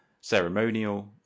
ceremonial